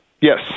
Yes